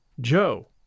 Joe